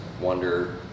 wonder